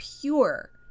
pure